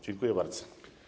Dziękuję bardzo.